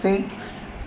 six